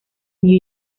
new